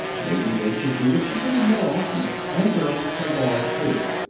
maybe they should do it a little more often, and girls play boys too.